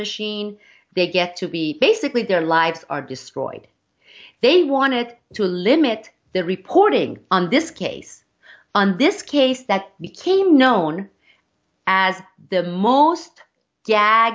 machine they get to be basically their lives are destroyed they wanted to limit their reporting on this case and this case that became known as the most